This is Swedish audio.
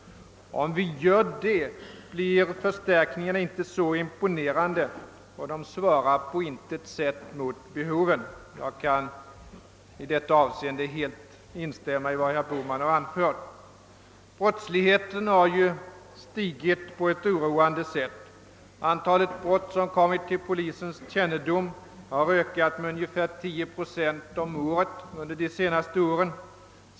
Om vi gör det blir förstärkningarna inte så imponerande och svarar på intet sätt mot behoven; jag kan i det avseendet helt instämma i vad herr Bohman anförde. Brottsligheten har ju stigit oroande. Antalet brott som kommit till polisens kännedom har ökat med ungefär 10 procent om året under de senaste åren.